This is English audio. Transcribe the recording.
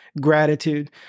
gratitude